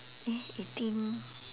eh eating